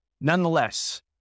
Nonetheless